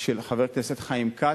של חבר הכנסת חיים כץ,